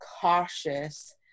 cautious